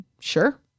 sure